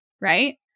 right